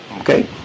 okay